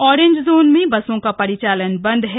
orange zone में बसों का परिचालन बंद है